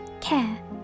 care